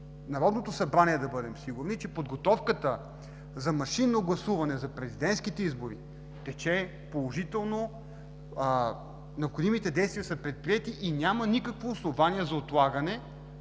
Народното събрание да сме сигурни, че подготовката за машинно гласуване за президентските избори тече положително, необходимите действия са предприети и няма никакво основание за отлагане